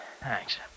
Thanks